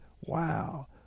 Wow